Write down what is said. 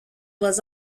was